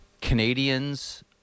canadians